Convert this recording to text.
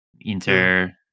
Inter